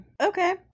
Okay